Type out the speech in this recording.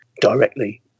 directly